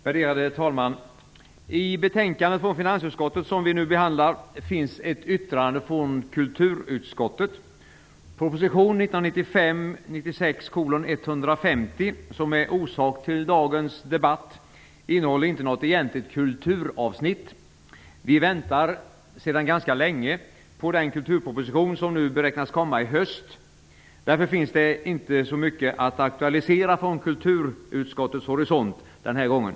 Värderade talman! I det betänkande från finansutskottet som vi nu behandlar finns ett yttrande från kulturutskottet. Proposition 1995/96:150, som är orsak till dagens debatt, innehåller inte något egentligt kulturavsnitt. Vi väntar sedan ganska länge på den kulturproposition, som nu beräknas komma i höst. Därför finns det inte så mycket att aktualisera från kulturutskottets horisont den här gången.